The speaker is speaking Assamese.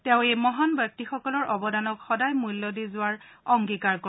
তেওঁ এইসকল মহান ব্যক্তিৰ অৱদানক সদায় মূল্য দি যোৱাৰ অংগীকাৰ কৰে